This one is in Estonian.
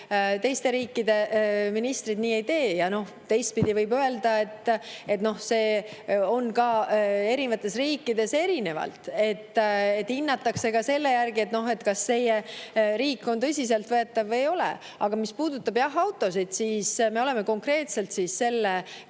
Teiste riikide ministrid nii ei tee. Teistpidi võib öelda, et see on erinevates riikides erinev ja hinnatakse ka selle järgi, kas teie riik on tõsiselt võetav või ei ole. Aga mis puudutab autosid, siis me oleme andnud konkreetse